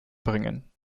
bringen